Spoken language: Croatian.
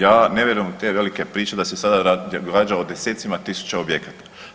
Ja ne vjerujem u te velike priče da se sada radi o desecima tisuća objekata.